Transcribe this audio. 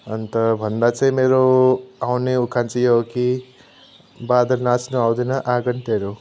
अन्त भन्दा चाहिँ मेरो आउने उखान चाहिँ यो हो कि बाँदर नाच्न आउँदैन आँगन टेँढो